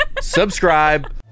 Subscribe